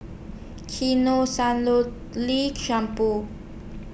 Lee Sebamed